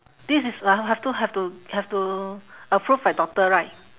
this is I will have to have to have to approve by doctor right